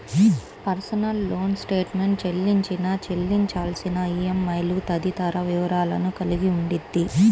personal loan statement చెల్లించిన, చెల్లించాల్సిన ఈఎంఐలు తదితర వివరాలను కలిగి ఉండిద్ది